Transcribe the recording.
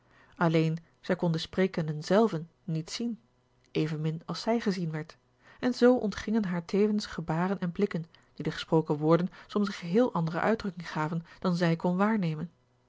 alleen zij kon de sprekenden zelven niet zien evenmin als zij gezien werd en zoo ontgingen haar tevens gebaren en blikken die de gesproken woorden soms een geheel andere uitdrukking gaven dan zij kon waarnemen